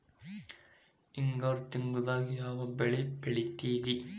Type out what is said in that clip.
ಹಿಂಗಾರು ತಿಂಗಳದಾಗ ಯಾವ ಬೆಳೆ ಬೆಳಿತಿರಿ?